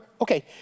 okay